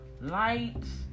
lights